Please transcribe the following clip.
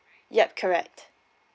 yup correct